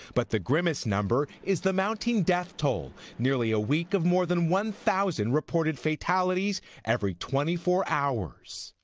but the grimmest number is the mounting death toll. nearly a week of more than one thousand reported fatalities every twenty four hours.